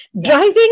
Driving